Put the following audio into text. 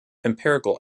empirical